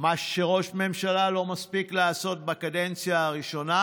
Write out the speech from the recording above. מה שראש ממשלה לא מספיק לעשות בקדנציה הראשונה